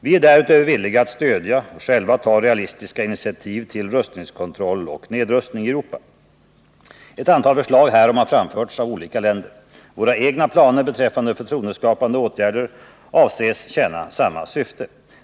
Vi är därutöver villiga att stödja och själva ta realistiska initiativ till 181 rustningskontroll och nedrustning i Europa. Ett antal förslag härom har framförts av olika länder. Våra egna planer beträffande förtroendeskapande åtgärder avses tjäna samma syfte.